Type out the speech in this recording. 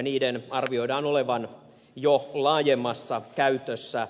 niiden arvioidaan olevan jo laajemmassa käytössä